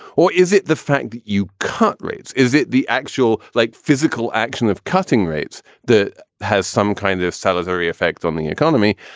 or is it the fact that you cut rates? is it the actual like physical action of cutting rates that has some kind of salutary effect on the economy?